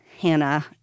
Hannah